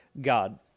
god